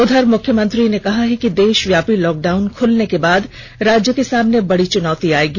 उधर मुख्यमंत्री ने कहा है कि देषव्यापी लॉकडाउन खुलने के बाद राज्य के सामने बड़ी चुनौती आएगी